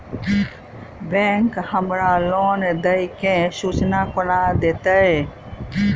Bank हमरा loan देय केँ सूचना कोना देतय?